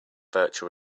virtual